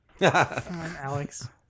Alex